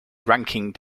ranking